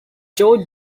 george